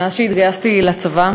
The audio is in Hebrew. מאז התגייסתי לצבא,